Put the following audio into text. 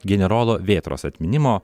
generolo vėtros atminimo